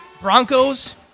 Broncos